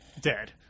dead